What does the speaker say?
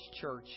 church